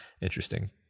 Interesting